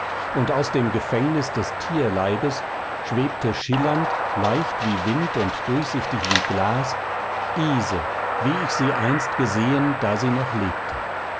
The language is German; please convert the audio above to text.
und aus dem gefängnis des tierleibes schwebte schillernd leicht wie wind und durchsichtig wie glas ise wie ich sie einst gesehen da sie noch lebte